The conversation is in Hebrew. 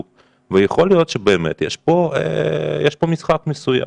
כל כך ויכול להיות שבאמת יש פה משחק מסוים,